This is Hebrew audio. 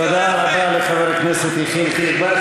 תודה רבה לחבר הכנסת יחיאל חיליק בר.